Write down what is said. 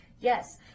Yes